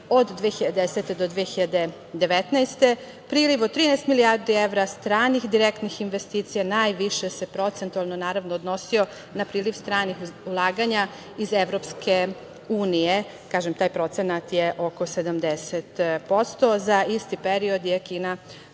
od 2010. do 2019. godine priliv od 13 milijardi evra stranih direktnih investicija najviše se procentualno odnosio na priliv stranih ulaganja iz EU. Kažem, taj procenat je oko 70%. Za isti period je Kina